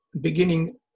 beginning